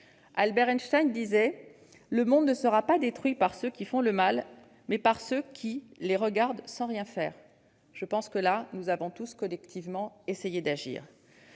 Albert Einstein disait :« Le monde ne sera pas détruit par ceux qui font le mal, mais par ceux qui les regardent sans rien faire. » En l'espèce, nous avons tous, collectivement, essayé d'agir.